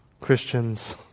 Christians